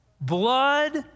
blood